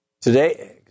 Today